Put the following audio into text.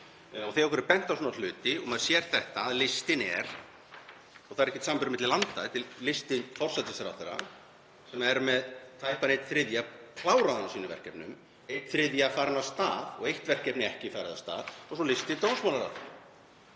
Þegar okkur er bent á svona hluti og maður sér hvernig listinn er — og þetta er ekkert samanburður milli landa, þetta er listi forsætisráðherra, sem er með tæpan einn þriðja kláraðan af sínum verkefnum, einn þriðja farinn af stað og eitt verkefni ekki farið af stað, og svo listi dómsmálaráðherra